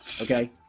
Okay